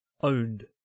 owned